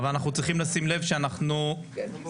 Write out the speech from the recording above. אבל אנחנו צריכים לשים לב שאנחנו עושים